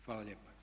Hvala lijepa.